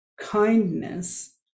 kindness